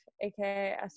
aka